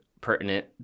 pertinent